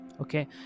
okay